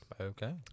Okay